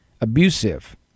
abusive